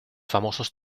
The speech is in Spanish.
famosos